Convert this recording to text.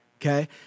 okay